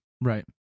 right